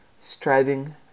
striving